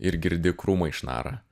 ir girdi krūmai šnara